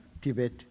Tibet